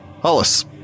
Hollis